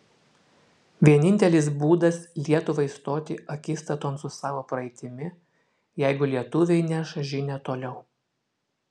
vienintelis būdas lietuvai stoti akistaton su savo praeitimi jeigu lietuviai neš žinią toliau